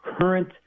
current